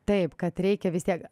taip kad reikia vis tiek